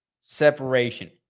Separation